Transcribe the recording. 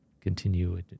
continue